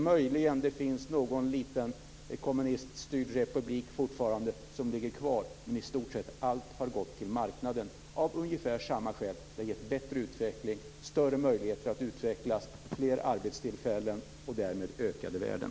Möjligen finns det fortfarande i någon liten kommuniststyrd republik. Men i stort sett allt har gått till marknaden av ungefär samma skäl: Det har gett bättre utveckling, större möjligheter att utvecklas, fler arbetstillfällen och därmed ökade värden.